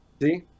See